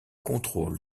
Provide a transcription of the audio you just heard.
contrôle